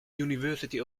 university